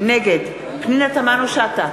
נגד פנינה תמנו-שטה,